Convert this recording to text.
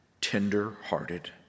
Tender-hearted